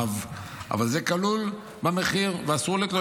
אבל זה כלול במחיר ואסור להתלונן.